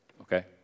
Okay